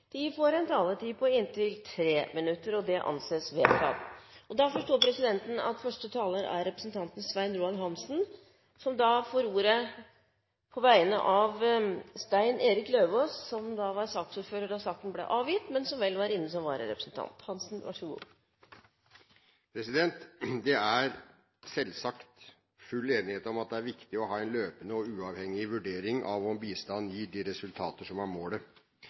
får en taletid på inntil 3 minutter. – Det anses vedtatt. Presidenten forstår at første taler er representanten Svein Roald Hansen. Han får ordet på vegne av Stein Erik Lauvås, som var saksordfører da saken ble avgitt, men som var inne som vararepresentant. Det er selvsagt full enighet om at det er viktig å ha en løpende og uavhengig vurdering av om bistanden gir de resultater som er målet.